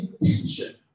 intention